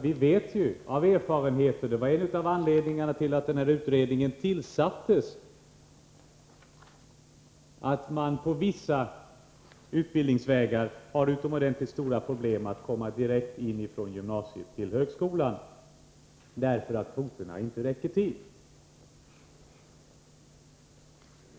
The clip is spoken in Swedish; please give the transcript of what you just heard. Vi vet ju av erfarenhet — det var en av anledningarna till att den aktuella utredningen tillsattes — att det beträffande vissa utbildningsvägar är utomordentligt svårt att komma direkt in från gymnasiet till högskolan, därför att kvoterna inte räcker till.